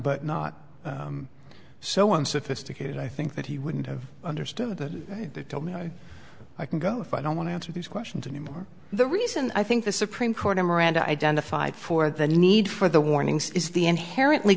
but not so one sophisticated i think that he wouldn't have understood that i can go if i don't want to answer these questions anymore the reason i think the supreme court of miranda identified for the need for the warnings is the inherently